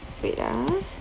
wait ah